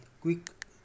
quick